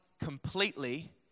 completely